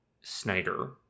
Snyder